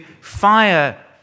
fire